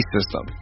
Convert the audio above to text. System